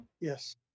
Yes